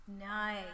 Nice